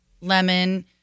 lemon